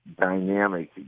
dynamic